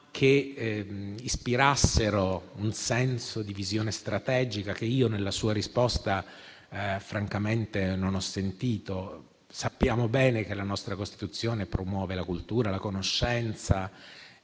anche ispirate a un senso di visione strategica che io, Sottosegretario, nella sua risposta francamente non ho colto. Sappiamo bene che la nostra Costituzione promuove la cultura e la conoscenza